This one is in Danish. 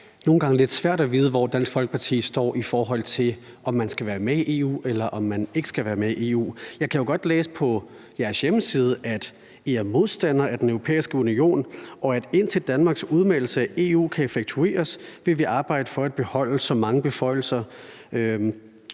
nogle gange, det er lidt svært at vide, hvor Dansk Folkeparti står, i forhold til om man skal være med i EU eller man ikke skal være med i EU. Jeg kan jo godt læse på jeres hjemmeside, at I er modstandere af Den Europæiske Union, og at man, indtil Danmarks udmeldelse af EU kan effektueres, vil arbejde for at beholde så mange beføjelser